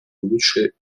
luce